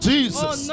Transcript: Jesus